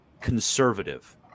conservative